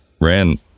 ran